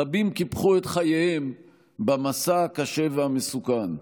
רבים קיפחו את חייהם במסע הקשה והמסוכן.